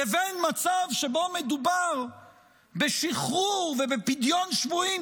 לבין מצב שבו מדובר בשחרור ובפדיון שבויים